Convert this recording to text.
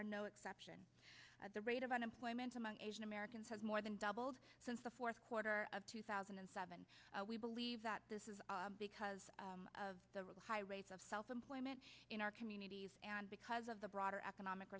are no exception at the rate of unemployment among asian americans have more than doubled since the fourth quarter of two thousand and seven we believe that this is because of the really high rates of self employment in our communities and because of the broader economic